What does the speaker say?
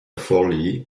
forlì